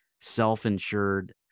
self-insured